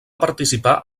participar